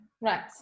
right